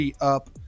up